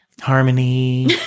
Harmony